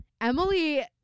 Emily